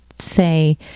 say